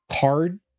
card